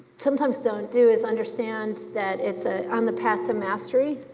sometimes don't do is understand that it's ah on the path to mastery,